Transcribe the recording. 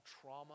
trauma